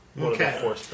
Okay